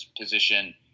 position